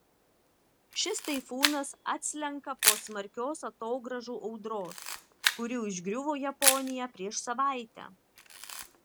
šis taifūnas atslenka po smarkios atogrąžų audros kuri užgriuvo japoniją prieš savaitę